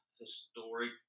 historic